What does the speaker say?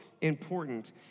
important